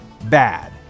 bad